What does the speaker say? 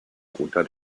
unter